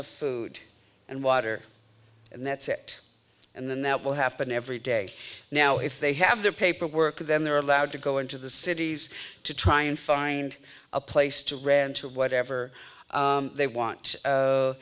of food and water and that's it and then that will happen every day now if they have their paperwork with them they're allowed to go into the cities to try and find a place to rant to whatever they want